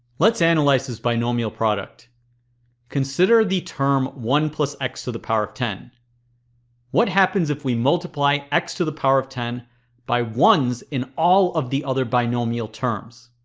let's analyze this binomial product consider the term one plus x to the power of ten what happens if we multiply x to the power of ten by ones in all of the other binomial terms?